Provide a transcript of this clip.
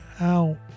out